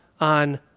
on